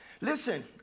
Listen